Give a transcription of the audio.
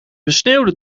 besneeuwde